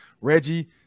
Reggie